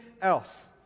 else